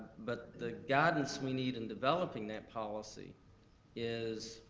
but the guidance we need in developing that policy is,